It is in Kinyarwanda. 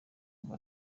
ngo